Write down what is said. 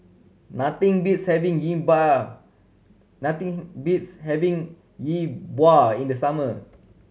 nothing beats having Yi Bua nothing beats having Yi Bua in the summer